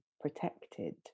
protected